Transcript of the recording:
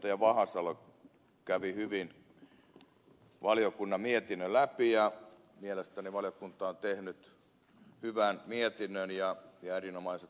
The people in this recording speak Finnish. puheenjohtaja vahasalo kävi hyvin valiokunnan mietinnön läpi ja mielestäni valiokunta on tehnyt hyvän mietinnön ja erinomaiset lausumat